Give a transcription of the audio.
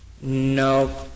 No